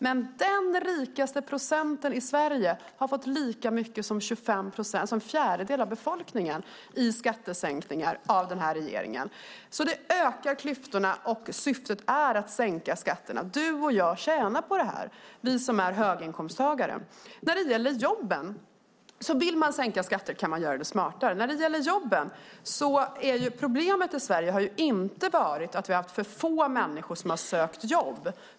Den rikaste procenten i Sverige har av den här regeringen fått lika mycket i skattesänkningar som en fjärdedel av befolkningen. Det ökar klyftorna. Syftet är att sänka skatterna. Du och jag, vi som är höginkomsttagare, tjänar på detta. Vill man sänka skatter kan man göra det smartare. Problemet i Sverige har ju inte varit att det har varit för få människor som har sökt jobb.